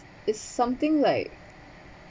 it's something like